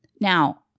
Now